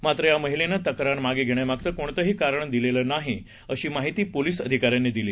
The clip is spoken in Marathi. मात्रयामहिलेनंतक्रारमागेघेण्यामागचंकोणतंहीकारणदिलेलंनाहीअशीमाहितीपोलीसअधिकाऱ्यांनीदिली